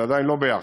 זה עדיין לא ביחד.